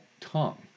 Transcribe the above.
tongue